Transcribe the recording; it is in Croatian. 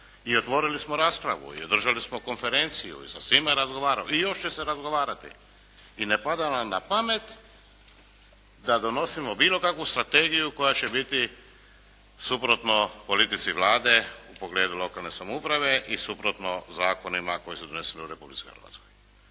i otvorili smo raspravu i održali smo konferenciju i sa svima razgovarali i još će se razgovarati. I ne pada nam na pamet da donosimo bilo kakvu strategiju koja će biti suprotno politici Vlade u pogledu lokalne samouprave i suprotno zakonima koji su doneseni u Republici Hrvatskoj.